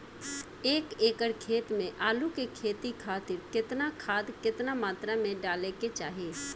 एक एकड़ खेत मे आलू के खेती खातिर केतना खाद केतना मात्रा मे डाले के चाही?